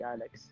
Alex